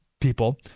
people